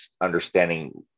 understanding